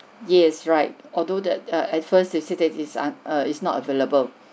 yes right although that err at first they said that is un~ err it's not available